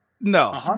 no